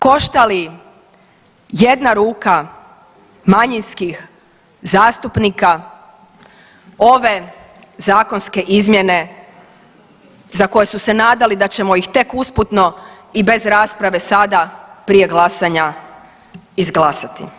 Košta li jedna ruka manjinskih zastupnika ove zakonske izmjene za koje su se nadali da ćemo ih tek usputno i bez rasprave sada prije glasanja izglasati?